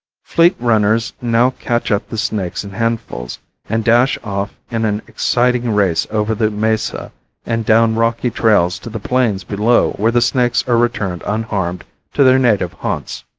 fleet runners now catch up the snakes in handfuls and dash off in an exciting race over the mesa and down rocky trails to the plains below where the snakes are returned unharmed to their native haunts.